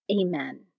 Amen